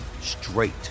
straight